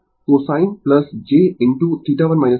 तो आइये इसे साफ करें